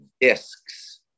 discs